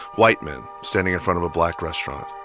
white men standing in front of a black restaurant,